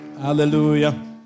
Hallelujah